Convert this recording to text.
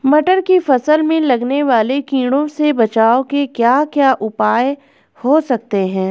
मटर की फसल में लगने वाले कीड़ों से बचाव के क्या क्या उपाय हो सकते हैं?